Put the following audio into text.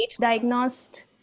diagnosed